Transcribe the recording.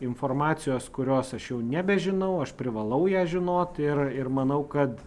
informacijos kurios aš jau nebežinau aš privalau ją žinoti ir ir manau kad